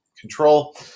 control